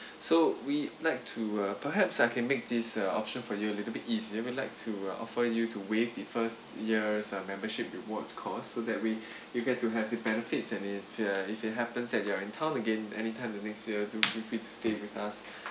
so we like to uh perhaps I can make this uh option for you a little bit easier would like to offer you to waive the first years uh membership rewards cost so that way you get to have the benefits and if uh if it happens that you are in town again anytime the next year to feel free to stay with us